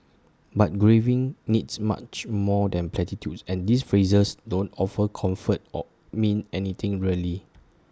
but grieving needs much more than platitudes and these phrases don't offer comfort or mean anything really